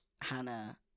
Hannah